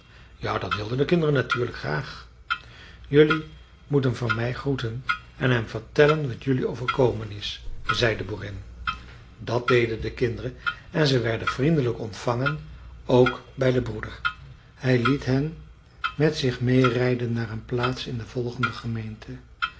ja dat wilden de kinderen natuurlijk graag jelui moet hem van mij groeten en hem vertellen wat jelui overkomen is zei de boerin dat deden de kinderen en ze werden vriendelijk ontvangen ook bij den broeder hij liet hen met zich meê rijden naar een plaats in de volgende gemeente